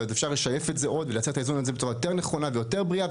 אבל אפשר לשייף את זה עוד ולייצר איזון בצורה נכונה ובריאה יותר.